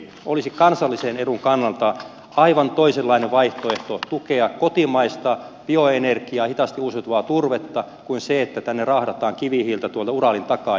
olisi kansallisen edun kannalta aivan toisenlainen vaihtoehto tukea kotimaista bioenergiaa hitaasti uusiutuvaa turvetta kuin sitä että tänne rahdataan kivihiiltä tuolta uralin takaa